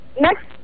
Next